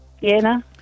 Vienna